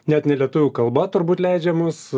net ne lietuvių kalba turbūt leidžiamus